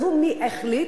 עזבו מי החליט,